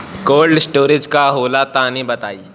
Cold storage का होला तनि बताई?